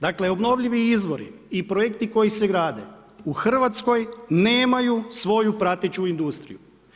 Dakle obnovljivi izvori i projekti koji se grade u Hrvatskoj nemaju svoju prateću industriju.